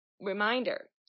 reminder